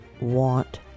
want